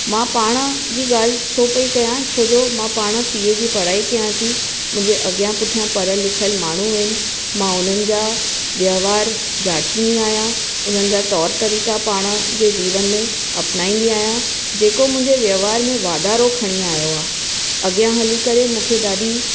मां पाण जी ॻाल्हि छो पई कयां छो जो मां पाण सी ए जी पढ़ाई कयां थी मुंहिंजे अॻियां पुठियां पढ़ियल लिखियल माण्हू आहिनि मां उन्हनि जा व्यव्हार जाचींदी आहियां उन्हनि जा तौर तरीक़ा पाण जे जीवन में अपनाईंदी आहियां जेको मुंहिंजे व्यव्हार में वाधारो खणी आयो आहे अॻियां हली करे मूंखे ॾाढी